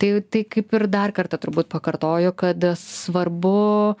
tai tai kaip ir dar kartą turbūt pakartoju kad svarbu